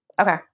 Okay